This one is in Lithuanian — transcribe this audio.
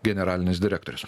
generalinis direktorius